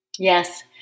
Yes